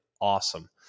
awesome